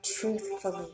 truthfully